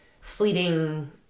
fleeting